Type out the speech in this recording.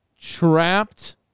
Trapped